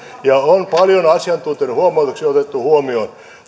ja on paljon asiantuntijoiden huomautuksia otettu huomioon